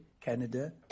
Canada